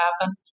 happen